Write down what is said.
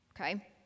Okay